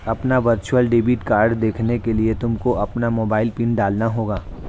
अपना virtual debit card देखने के लिए तुमको अपना मोबाइल पिन डालना होगा